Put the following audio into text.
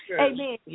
Amen